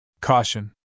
Caution